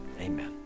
amen